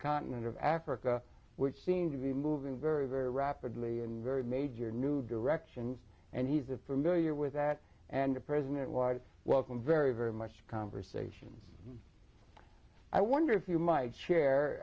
continent of africa which seem to be moving very very rapidly and very major new directions and he's a familiar with that and the president was welcomed very very much conversations i wonder if you m